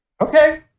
Okay